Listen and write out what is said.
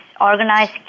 organized